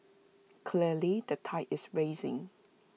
clearly the tide is rising